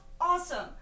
awesome